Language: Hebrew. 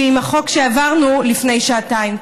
ועם החוק שהעברנו לפני שעתיים.